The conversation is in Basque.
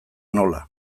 nola